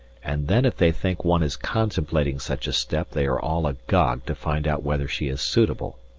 and then if they think one is contemplating such a step they are all agog to find out whether she is suitable!